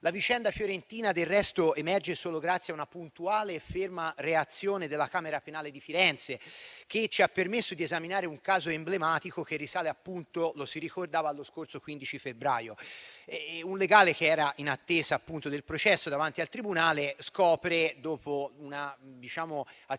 La vicenda fiorentina, del resto, emerge solo grazie a una puntuale e ferma reazione della camera penale di Firenze, che ci ha permesso di esaminare un caso emblematico che risale allo scorso 15 febbraio. Un legale che era in attesa del processo davanti al tribunale scopre, dopo un'attività